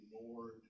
ignored